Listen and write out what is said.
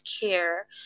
care